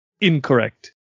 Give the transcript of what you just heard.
Incorrect